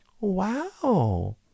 Wow